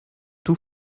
tout